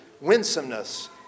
winsomeness